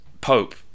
Pope